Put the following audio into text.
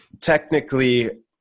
technically